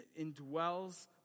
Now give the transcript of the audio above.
indwells